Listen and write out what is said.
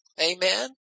Amen